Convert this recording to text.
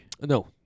no